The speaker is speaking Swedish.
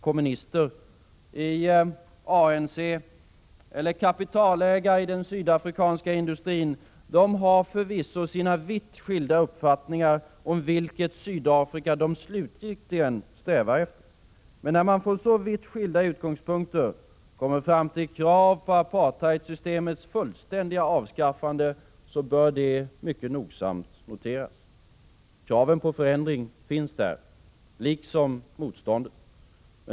Kommunister i ANC och kapitalägare i den sydafrikanska industrin har förvisso sina vitt skilda uppfattningar om vilket Sydafrika de slutgiltigt strävar efter, men när man från så vitt skilda utgångspunkter kommer fram till krav på apartheidsystemets fullständiga avskaffande bör det mycket nogsamt noteras. Och kraven på förändring finns där — liksom motståndet.